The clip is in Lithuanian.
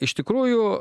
iš tikrųjų